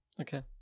Okay